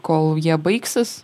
kol jie baigsis